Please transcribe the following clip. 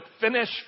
finish